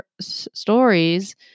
stories